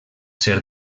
ser